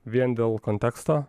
vien dėl konteksto